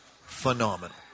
phenomenal